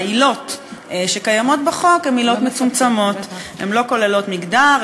העילות שקיימות בחוק הן עילות מצומצמות: הן לא כוללות מגדר,